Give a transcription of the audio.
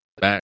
back